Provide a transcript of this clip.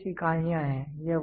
तो ये कुछ इकाइयाँ हैं